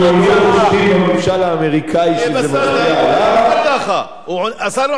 השר משיב לך.